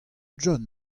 john